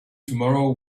tomorrow